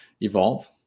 evolve